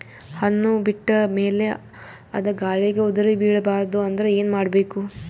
ಹಣ್ಣು ಬಿಟ್ಟ ಮೇಲೆ ಅದ ಗಾಳಿಗ ಉದರಿಬೀಳಬಾರದು ಅಂದ್ರ ಏನ ಮಾಡಬೇಕು?